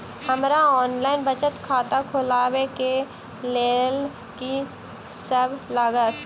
हमरा ऑनलाइन बचत खाता खोलाबै केँ लेल की सब लागत?